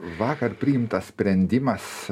vakar priimtas sprendimas